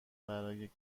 برای